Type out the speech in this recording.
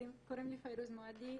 קוראים לי פיירוז מועדי,